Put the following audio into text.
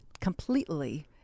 completely